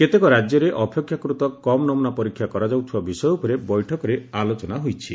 କେତେକ ରାଜ୍ୟରେ ଅପେକ୍ଷାକୃତ କମ୍ ନମୁନା ପରୀକ୍ଷା କରାଯାଉଥିବା ବିଷୟ ଉପରେ ବୈଠକରେ ଆଲୋଚନା ହୋଇଛି